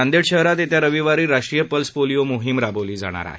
नांदेड शहरात येत्या रविवारी राष्ट्रीय पल्स पोलीओ मोहीम राबवली जाणार आहे